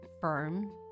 firm